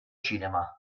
cinema